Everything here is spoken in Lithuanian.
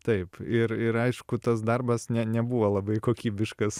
taip ir ir aišku tas darbas ne nebuvo labai kokybiškas